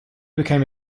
became